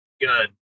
Good